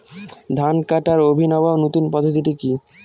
ধান কাটার অভিনব নতুন পদ্ধতিটি কি?